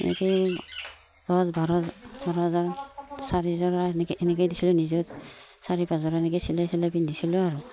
এনেকৈয়ে দহ বাৰ বাৰযোৰা চাৰিযোৰা এনেকেই দিছিলোঁ নিজৰ চাৰি পাঁচযোৰা এনেকৈয়ে চিলাই চিলাই পিন্ধিছিলোঁ আৰু